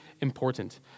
important